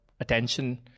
attention